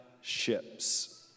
ships